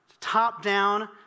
Top-down